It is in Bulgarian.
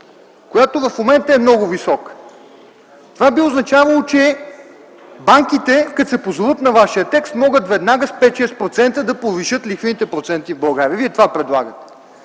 която в момента е много висока. Това би означавало, че банките, като се позоват на вашия текст могат веднага с 5-6% да повишат лихвените проценти в България. Вие това предлагате.